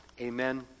Amen